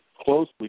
closely